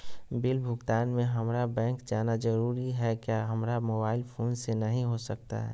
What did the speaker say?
Bill भुगतान में हम्मारा बैंक जाना जरूर है क्या हमारा मोबाइल फोन से नहीं हो सकता है?